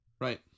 right